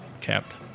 capped